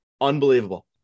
Unbelievable